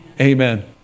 Amen